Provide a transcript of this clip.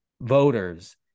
voters